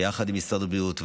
ביחד עם משרד הבריאות,